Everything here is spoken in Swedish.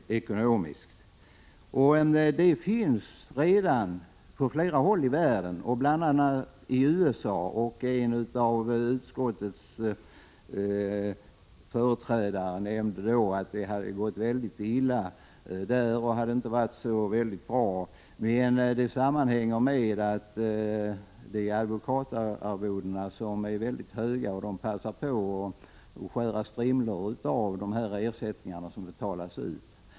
Sådana försäkringar finns redan på flera håll i världen, bl.a. i USA. En av utskottets företrädare nämnde att det där har gått väldigt illa och att det systemet inte har varit bra. Det sammanhänger med att advokatarvodena i USA är väldigt höga. Advokaterna passar på att skära strimlor av de ersättningar som betalas ut.